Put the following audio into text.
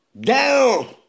down